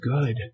good